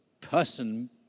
person